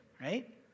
right